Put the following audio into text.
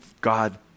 God